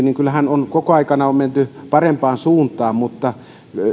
niin kyllähän koko ajan on menty parempaan suuntaan mutta